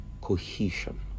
cohesion